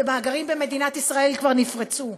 ומאגרים במדינת ישראל כבר נפרצו,